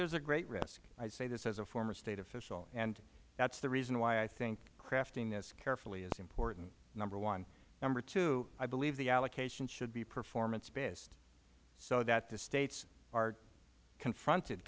there is a great risk i say this as a former state official and that is the reason why i think crafting this carefully is important number one number two i believe the allocation should be performance based so that the states are confronted